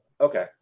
Okay